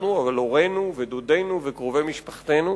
אבל הורינו ודודינו וקרובי משפחתנו,